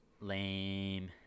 Lame